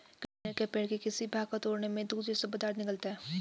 कनेर के पेड़ के किसी भाग को तोड़ने में दूध जैसा पदार्थ निकलता है